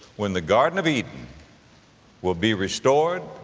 when the garden of eden will be restored?